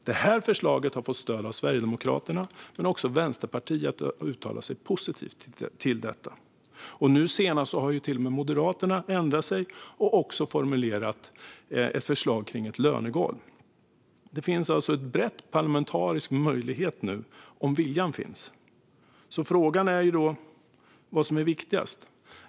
Detta förslag har fått stöd av Sverigedemokraterna, men också Vänsterpartiet har uttalat sig positivt. Nu senast har till och med Moderaterna ändrat sig och också formulerat ett förslag om ett lönegolv. Det finns alltså nu en bred parlamentarisk möjlighet, om viljan finns. Frågan är då vad som är viktigast.